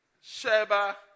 Sheba